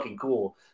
cool